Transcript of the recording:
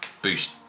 Boost